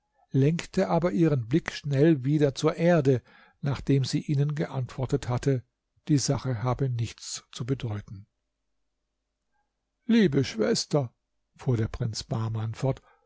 lenkte aber ihren blick schnell wieder zur erde nachdem sie ihnen geantwortet hatte die sache habe nichts zu bedeuten liebe schwester fuhr der prinz bahman fort